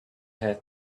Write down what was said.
have